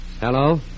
Hello